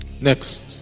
Next